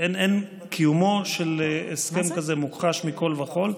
קיומו של הסכם כזה מוכחש מכול וכול.